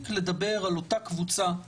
יש לנו ילדים שנולדו בחו"ל בהליך פונדקאות,